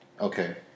okay